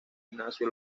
ignacio